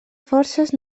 forces